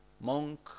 monk